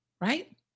right